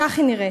כך היא נראית.